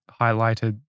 highlighted